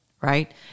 right